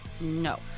No